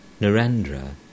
Narendra